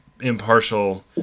impartial